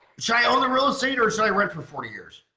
should i own the real estate or should i rent for forty years?